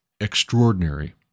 extraordinary